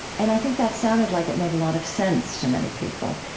and i think that sounded like it made a lot of sense to many people.